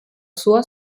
sua